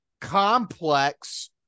complex